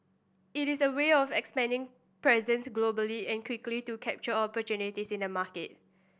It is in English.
it is a way of expanding presence globally and quickly to capture opportunities in the market